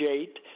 eight